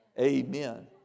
Amen